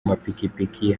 mapikipiki